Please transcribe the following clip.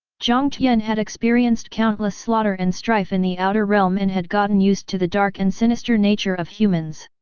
jiang tian had experienced countless slaughter and strife in the outer realm and had gotten used to the dark and sinister nature of humans.